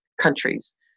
countries